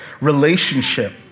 relationship